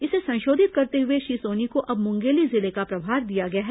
इसे संशोधित करते हुए श्री सोनी को अब मुंगेली जिले का प्रभार दिया गया है